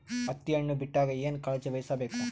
ಹತ್ತಿ ಹಣ್ಣು ಬಿಟ್ಟಾಗ ಏನ ಕಾಳಜಿ ವಹಿಸ ಬೇಕು?